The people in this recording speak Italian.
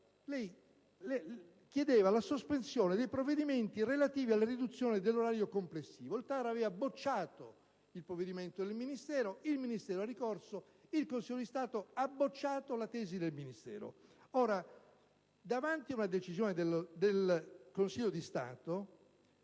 lei chiedeva la sospensione dei provvedimenti relativi alla riduzione delle risorse complessive. Il TAR aveva bocciato il provvedimento del Ministero, il Ministero aveva ricorso al Consiglio di Stato e il Consiglio ha bocciato la tesi del Ministero. Ora, davanti a una decisione del Consiglio di Stato